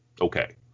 Okay